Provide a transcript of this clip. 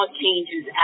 changes